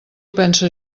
pense